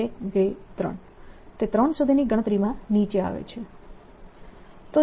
1 2 3 તે 3 સુધીની ગણતરીમાં નીચે આવે છે